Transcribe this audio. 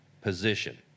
position